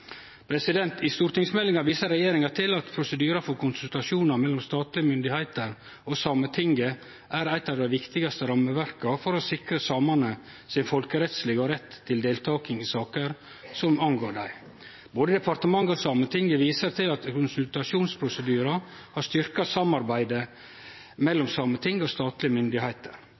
I stortingsmeldinga viser regjeringa til at prosedyrar for konsultasjonar mellom statlege myndigheiter og Sametinget er eit av dei viktigaste rammeverka for å sikre samane deira folkerettslege rett til deltaking i saker som angår dei. Både departementet og Sametinget viser til at konsultasjonsprosedyrane har styrkt samarbeidet mellom Sametinget og statlege myndigheiter.